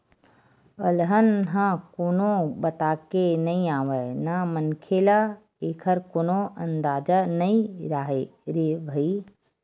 अलहन ह कोनो बताके नइ आवय न मनखे ल एखर कोनो अंदाजा नइ राहय रे भई